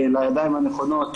לידיים הנכונות,